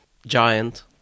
Giant